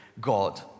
God